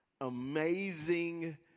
amazing